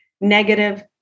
negative